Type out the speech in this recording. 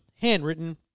handwritten